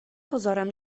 pozorem